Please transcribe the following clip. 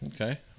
Okay